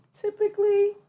typically